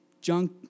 junk